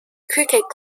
cricket